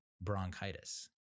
bronchitis